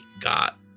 got